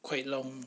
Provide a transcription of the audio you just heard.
quite long